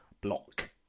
block